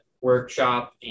workshop